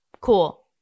cool